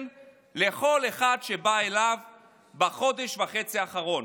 לכל אחד שבא אליו בחודש וחצי האחרון.